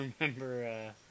remember